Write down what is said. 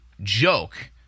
joke